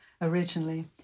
originally